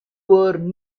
were